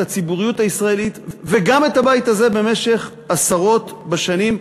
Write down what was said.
את הציבוריות הישראלית וגם את הבית הזה במשך עשרות שנים,